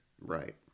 Right